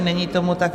Není tomu tak.